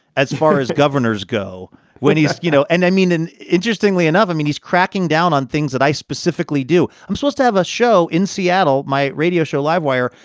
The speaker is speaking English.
as far as governors go when he's you know, and i mean, interestingly enough, i mean, he's cracking down on things that i specifically do. i'm supposed to have a show in seattle. my radio show, livewire,